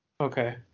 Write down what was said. Okay